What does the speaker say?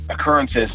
occurrences